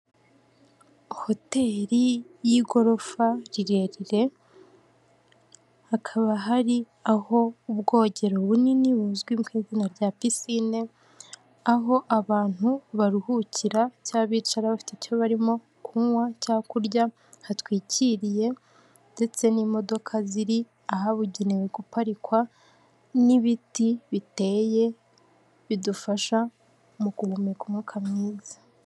Hoteri y'igorofa rirerire, hakaba hari ah'ubwogero bunini buzwi izina rya pisine. Hakaba hari aho abantu baruhukira bicara bafite icyo barimo kunywa cyangwa kurya hatwikiriye ndetse n'imodoka ziri ahabugenewe guparikwa, n'ibiti biteye bidufasha mu guhumeka umwuka mwiza.